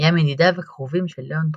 היו מידידיו הקרובים של לאון טרוצקי,